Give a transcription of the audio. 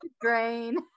drain